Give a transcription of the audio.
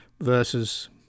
versus